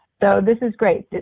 so this is great.